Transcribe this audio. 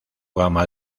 gama